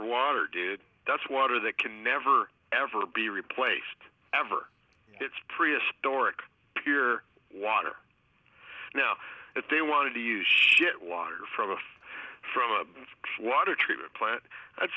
our water did that's water that can never ever be replaced ever it's prius doric pure water now if they wanted to use shit water from a from a water treatment plant i'd